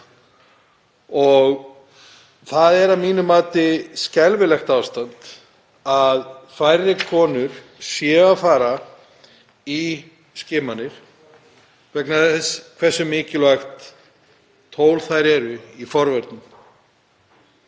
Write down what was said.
Það er að mínu mati skelfilegt ástand að færri konur fari í skimanir vegna þess hversu mikilvægt tól þær eru í forvörnum.